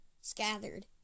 scattered